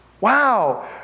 Wow